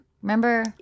Remember